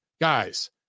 guys